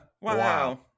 wow